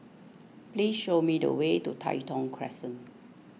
please show me the way to Tai Thong Crescent